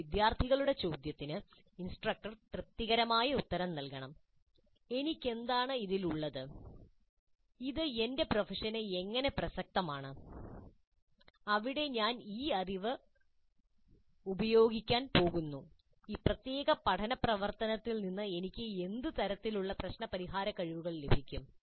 എന്ന വിദ്യാർത്ഥികളുടെ ചോദ്യത്തിന് ഇൻസ്ട്രക്ടർ തൃപ്തികരമായി ഉത്തരം നൽകണം എനിക്കെന്താണ് അതിൽ ഉള്ളത് ഇത് എന്റെ പ്രൊഫഷന് എങ്ങനെ പ്രസക്തമാണ് അവിടെ ഞാൻ ഈ അറിവ് ഉപയോഗിക്കാൻ പോകുന്നു ഈ പ്രത്യേക പഠന പ്രവർത്തനത്തിൽ നിന്ന് എനിക്ക് എന്ത് തരത്തിലുള്ള പ്രശ്ന പരിഹാര കഴിവുകൾ ലഭിക്കും